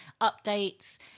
updates